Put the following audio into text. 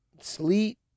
sleep